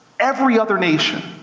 every other nation,